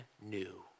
new